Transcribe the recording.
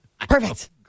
Perfect